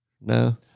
No